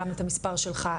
גם את המספר שלך,